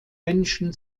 menschen